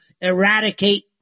eradicate